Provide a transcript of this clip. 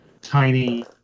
tiny